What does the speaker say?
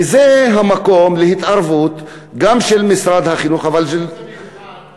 וזה המקום להתערבות, גם של משרד החינוך, האם